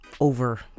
over